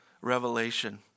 revelation